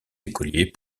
écoliers